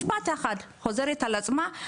משפט אחד שחוזר על עצמו,